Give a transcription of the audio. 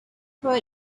per